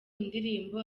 ndirimbo